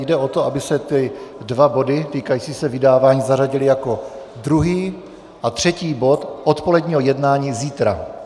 Jde o to, aby se ty dva body týkající se vydávání zařadily jako druhý a třetí bod odpoledního jednání zítra.